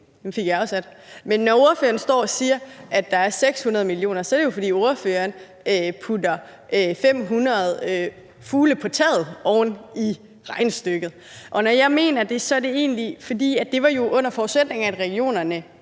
Men når ordføreren står og siger, at der er 600 mio. kr., er det jo, fordi ordføreren putter 500 millioner fugle på taget oven i regnestykket. Og når jeg mener det, er det egentlig, fordi det var under forudsætning af, at regionerne